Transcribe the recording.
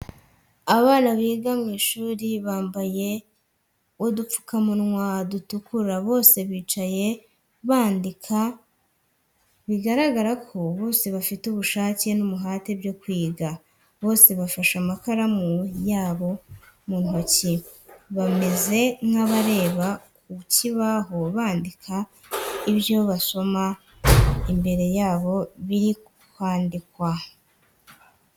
Abana biga mu ishuri bambaye udupfukamunwa dutukura bose bicaye bandika bigaragara ko bose bafite ubushake n'umuhate byo kwiga. Bose bafashe amakaramu yabo mu ntoki bameze nkabareba ku kibaho bandika ibyo basoma imbere yabo biri kwandikwa.